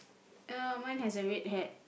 uh mine has a red hat